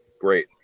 Great